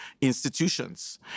institutions